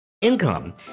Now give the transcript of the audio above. Income